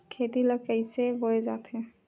खेती ला कइसे बोय जाथे?